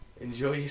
Enjoy